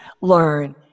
learn